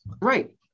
Right